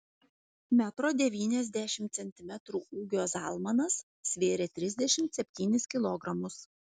metro devyniasdešimt centimetrų ūgio zalmanas svėrė trisdešimt septynis kilogramus